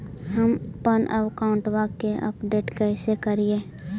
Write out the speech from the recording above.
हमपन अकाउंट वा के अपडेट कैसै करिअई?